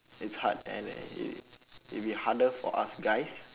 it's hard and and it'll it'll be harder for us guys